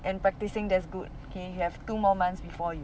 and practicing that's good K you have two more months before you